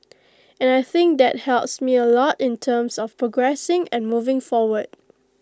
and I think that helps me A lot in terms of progressing and moving forward